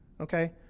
okay